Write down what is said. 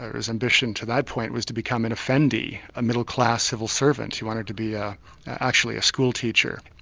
his ambition to that point, was to become an effendi, a middle-class civil servant, he wanted to be ah actually a schoolteacher.